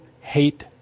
hate